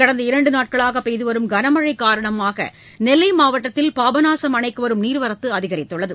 கடந்த இரண்டு நாட்களாக பெய்துவரும் கனமழை காரணமாக நெல்லை மாவட்டத்தில் பாபநாசம் அணைக்கு வரும் நீர்வரத்து அதிகரித்துள்ளது